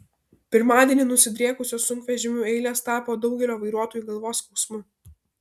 pirmadienį nusidriekusios sunkvežimių eilės tapo daugelio vairuotojų galvos skausmu